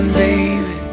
baby